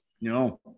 No